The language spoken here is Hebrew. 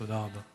תודה רבה.